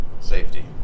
safety